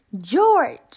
George